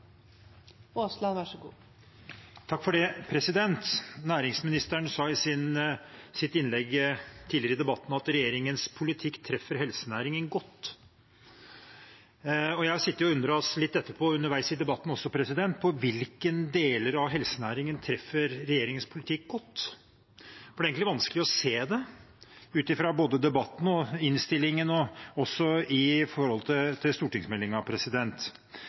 Næringsministeren sa i sitt innlegg tidligere i debatten at regjeringens politikk treffer helsenæringen godt. Jeg har etterpå sittet og undres litt underveis i debatten på hvilke deler av helsenæringen regjeringens politikk treffer godt, for det er egentlig vanskelig å se det, ut fra både debatten, innstillingen og stortingsmeldingen. Ut fra et næringsmessig perspektiv er det i